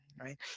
right